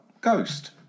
Ghost